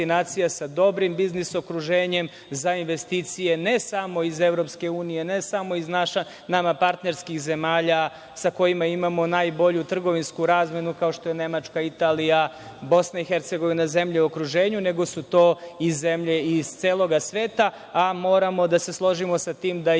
sa dobrim biznis okruženjem za investicije, ne samo iz EU, ne samo iz nama partnerskim zemalja sa kojima imamo najbolju trgovinsku razmenu kao što je Nemačka, Italija, BiH, zemlje u okruženju, nego su to i zemlje iz celog sveta, a moramo da se složimo sa tim da je